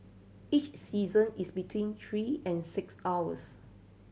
each session is between three and six hours